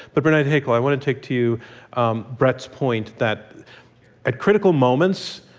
but bernard haykel, i want to take to you um brett's point that at critical moments,